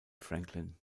franklin